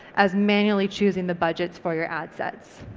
as manually choosing the budgets for your adsets.